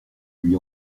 lui